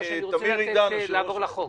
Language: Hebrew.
אני רוצה לעבור לחוק.